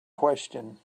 question